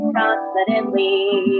confidently